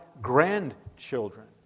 grandchildren